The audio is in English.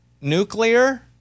Nuclear